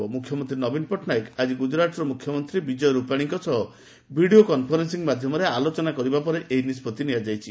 ମୁଖ୍ୟମନ୍ତୀ ନବୀନ ପଟ୍ଟନାୟକ ନବୀନ ପଟ୍ଟନାୟକ ଆକି ଗୁଜରାଟର ମୁଖ୍ୟମନ୍ତୀ ବିଜୟ ରୂପାନୀଙ୍କ ସହ ଭିଡିଓ କନ୍ଫରେନ୍ବିଂ ମାଧ୍ଧମରେ ଆଲୋଚନା କରିବା ପରେ ଏହି ନିଷ୍ବଭି ନିଆଯାଇଛି